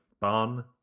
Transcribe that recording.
barn